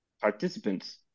participants